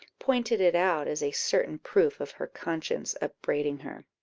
pointed it out as a certain proof of her conscience upbraiding her,